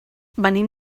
venim